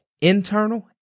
internal